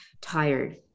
tired